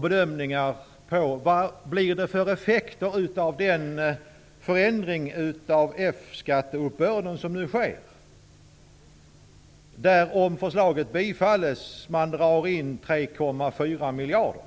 bedömningar av vad det blir för effekter av den förändring av F-skatteuppbörden som nu sker. Om förslaget bifalls drar man in 3,4 miljarder.